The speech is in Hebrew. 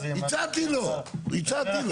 הצעתי לו, הצעתי לו.